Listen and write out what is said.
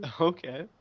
okay